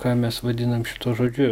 ką mes vadinam šituo žodžiu